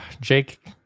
Jake